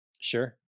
Sure